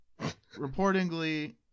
reportedly